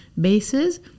bases